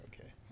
okay